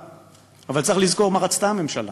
אבל צריך לזכור מה רצתה הממשלה: